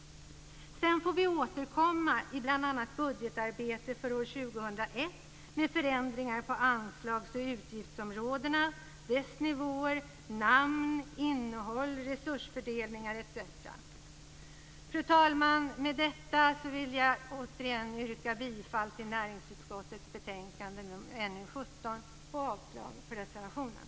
Sedan får vi återkomma i bl.a. budgetarbetet för år Fru talman! Med detta yrkar jag åter bifall till näringsutskottets hemställan i betänkande NU17 och avslag på reservationen.